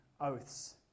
oaths